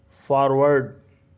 forward